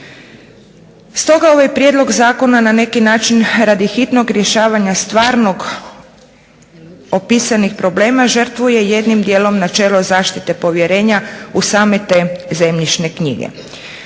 Stoga ovaj prijedlog zakona na neki način radi hitnog rješavanja stvarno opisanih problema žrtvuje jednim dijelom načelo zaštite povjerenja u same te zemljišne knjige.